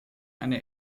eine